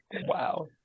wow